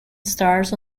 stars